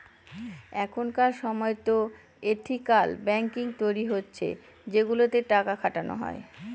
এখনকার সময়তো ethical banking তৈরী হচ্ছে সেগুলোতে টাকা খাটানো হয়